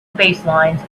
baselines